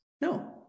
No